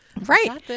Right